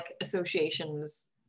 associations